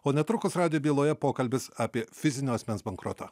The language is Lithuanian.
o netrukus radijo byloje pokalbis apie fizinio asmens bankrotą